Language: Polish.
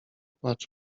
płacz